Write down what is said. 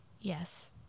Yes